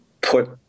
put